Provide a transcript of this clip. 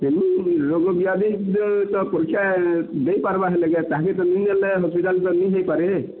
ତ ପରୀକ୍ଷା ଦେଇ ପାର୍ବା ହେଲେ କେ ତାକେ ତ ନି ନେଲେ ହସ୍ପିଟାଲ୍ ତ ନି ହେଇପାରେ